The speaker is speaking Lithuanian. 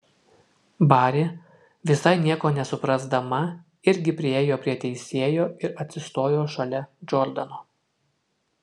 bari visai nieko nesuprasdama irgi priėjo prie teisėjo ir atsistojo šalia džordano